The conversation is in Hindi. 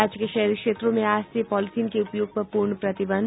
राज्य के शहरी क्षेत्रों में आज से पॉलीथिन के उपयोग पर पूर्ण प्रतिबंध